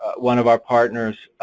one of our partners,